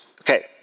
Okay